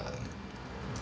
um